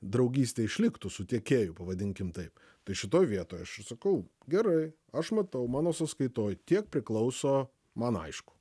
draugystė išliktų su tiekėju pavadinkim taip tai šitoj vietoj aš ir sakau gerai aš matau mano sąskaitoj tiek priklauso man aišku